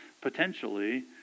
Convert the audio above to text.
Potentially